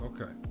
Okay